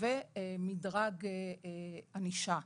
ומדרג ענישה.